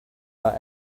are